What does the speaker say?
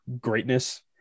greatness